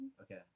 Okay